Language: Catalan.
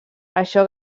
això